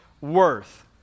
worth